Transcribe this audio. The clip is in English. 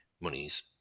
money's